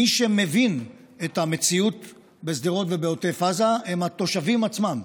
מי שמבין את המציאות בשדרות ובעוטף עזה הם התושבים עצמם,